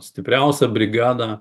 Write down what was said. stipriausią brigadą